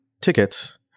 tickets